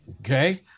Okay